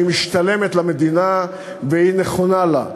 היא משתלמת למדינה והיא נכונה לה.